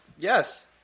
Yes